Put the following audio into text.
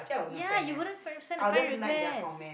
ya you wouldn't fr~ send a friend request